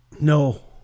No